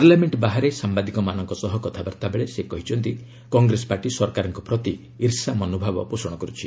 parliament ବାହାରେ ସାମ୍ବାଦିକମାନଙ୍କ ସହ କଥାବାର୍ତ୍ତା ବେଳେ ସେ କହିଛନ୍ତି କଂଗ୍ରେସ ପାର୍ଟି ସରକାରଙ୍କ ପ୍ରତି ଈର୍ଷା ମନୋଭାବ ପୋଷଣ କରୁଛି